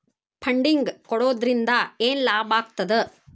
Funding ಕೊಡೊದ್ರಿಂದಾ ಏನ್ ಲಾಭಾಗ್ತದ?